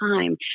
time